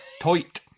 Toit